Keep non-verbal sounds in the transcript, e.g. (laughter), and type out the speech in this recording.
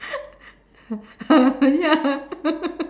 (laughs) ya (laughs)